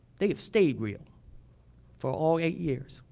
they have stayed real for all eight years.